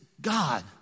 God